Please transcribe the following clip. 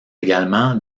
également